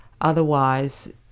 otherwise